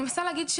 אני מנסה להגיד,